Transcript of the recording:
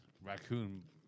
raccoon